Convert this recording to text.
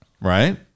right